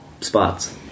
spots